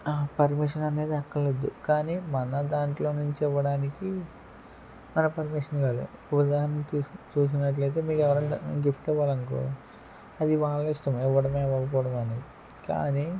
permission అనేది అక్కర్లేదు కానీ మన దాంట్లో నుంచి ఇవ్వడానికి మన పర్మిషన్ ఇవ్వాలి ఇప్పుడు ఉదాహరణకు చూసినట్లయితే మీకు ఎవరైనా గిఫ్ట్ ఇవ్వాలనుకో అది వాళ్ళ ఇష్టం ఇవ్వడమా ఇవ్వకపోవడమా అనేది కానీ